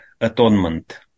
Atonement